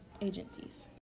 agencies